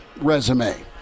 resume